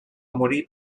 morir